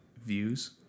Views